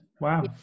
wow